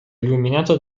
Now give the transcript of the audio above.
illuminato